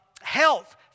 health